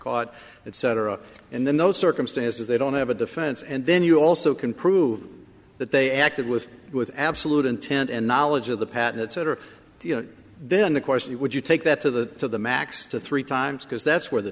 caught it cetera and then those circumstances they don't have a defense and then you also can prove that they acted with with absolute intent and knowledge of the pattern that's it or you know then the question is would you take that to the to the max to three times because that's where the